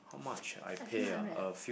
a few hundred ah